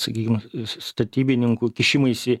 sakykim statybininkų kišimaisi